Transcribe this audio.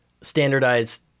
standardized